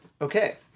Okay